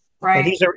Right